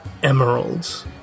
emeralds